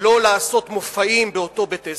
לא לעשות מופעים באותו בית-עסק,